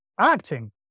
acting